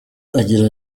agira